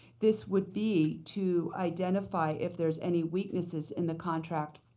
this would be to identify if there's any weaknesses in the contract.